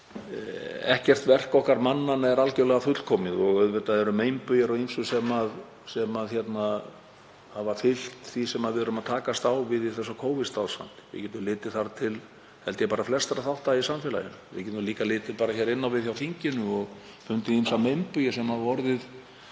Ekkert verk okkar mannanna er algjörlega fullkomið og auðvitað eru meinbugir á ýmsu sem hafa fylgt því sem við erum að takast á við í þessu Covid-ástandi. Við getum litið þar til, held ég, flestra þátta í samfélaginu. Við getum líka litið bara inn á við hjá þinginu og fundið ýmsa meinbugi sem hafa orðið